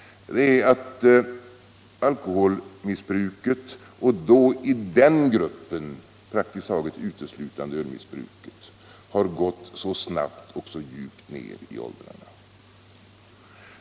Alkoholmissbruket, praktiskt taget uteslutande ölmissbruket, har ökat mycket snabbt och gått djupt ned i åldrarna.